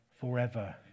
forever